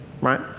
right